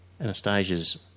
Anastasia's